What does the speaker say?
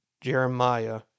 Jeremiah